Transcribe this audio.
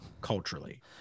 culturally